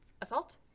assault